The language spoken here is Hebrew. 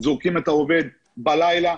זורקים את העובד בלילה.